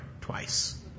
twice